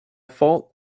fault